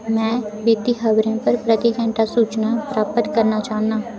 में वित्ती खबरें पर प्रति घैंटा सूचना प्राप्त करना चाह्न्नां